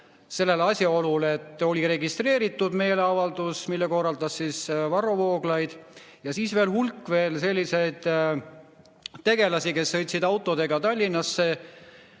siin asjaolule, et oli registreeritud meeleavaldus, mille korraldas Varro Vooglaid, ja siis veel hulk selliseid tegelasi, kes sõitsid autodega Tallinnasse